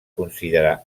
considerar